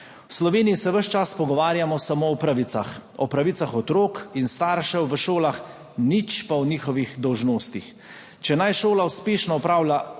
V Sloveniji se ves čas pogovarjamo samo o pravicah, o pravicah otrok in staršev v šolah, nič pa o njihovih dolžnostih. Če naj šola uspešno opravlja